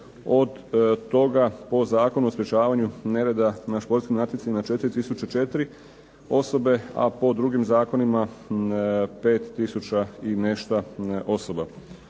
od toga po Zakonu o sprečavanju nereda na športskim natjecanjima 4004 osobe, a po drugim zakonima 5 tisuća i nešto osoba.